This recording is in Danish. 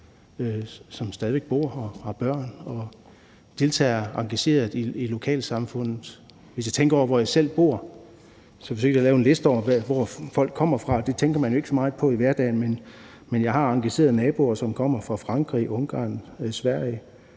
her stadig væk og har børn og deltager engageret i lokalsamfundet. Jeg tænkte også på, hvor jeg selv bor, og forsøgte at lave en liste over, hvor folk kommer fra. Det tænker man jo ikke så meget på i hverdagen, men jeg har engagerede naboer, som kommer fra Frankrig, Ungarn, Sverige,